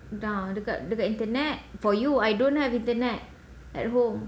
ah dekat dekat internet for you I don't have internet at home